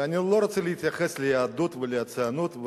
ואני לא רוצה להתייחס ליהדות ולציונות,